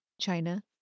China